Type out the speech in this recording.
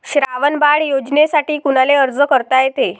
श्रावण बाळ योजनेसाठी कुनाले अर्ज करता येते?